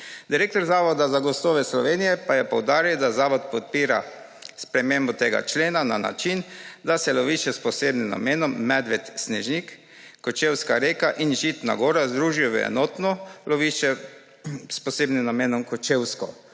Direktor Zavoda za gozdove Slovenije pa je poudaril, da zavod podpira spremembo tega člena na način, da so lovišča s posebnim namenom Medved, Snežnik Kočevska Reka in Žitna gora združijo v enotno lovišče s posebnim namenom Kočevsko.